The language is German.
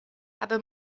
habe